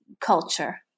culture